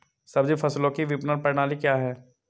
सब्जी फसलों की विपणन प्रणाली क्या है?